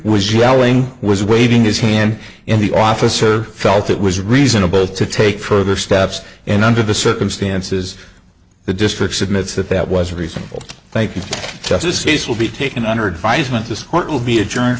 was yelling was waving his hand in the officer felt it was reasonable to take further steps and under the circumstances the district admits that that was a reasonable thank you justices will be taking under advisement this will be a g